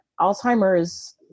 Alzheimer's